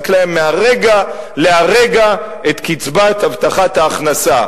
להם מהרגע להרגע את קצבת הבטחת ההכנסה.